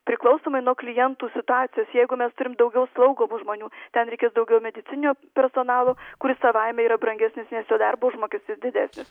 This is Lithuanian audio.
priklausomai nuo klientų situacijos jeigu mes turim daugiau slaugomų žmonių ten reikės daugiau medicininio personalo kuris savaime yra brangesnis nes jo darbo užmokestis didesnis